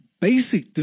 basic